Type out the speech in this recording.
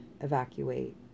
evacuate